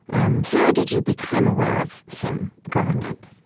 um how did you become aware of him growing up?